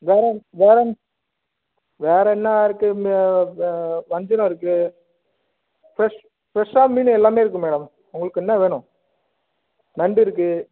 வேறு வேறு வேறு என்ன இருக்குது வஞ்சரம் இருக்கும் ஃப்ரெஷ் ஃப்ரெஷாக மீனு எல்லாமே இருக்குது மேடம் உங்களுக்கு என்ன வேணும் நண்டு இருக்குது